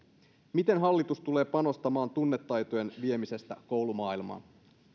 miten hallitus tulee panostamaan tunnetaitojen viemiseen koulumaailmaan